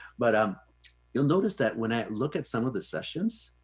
but um you'll notice that when i look at some of the sessions,